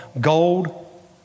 Gold